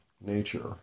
nature